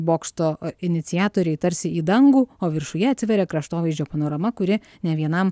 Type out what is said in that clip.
bokšto iniciatoriai tarsi į dangų o viršuje atsiveria kraštovaizdžio panorama kuri ne vienam